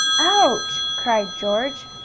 ouch! cried george.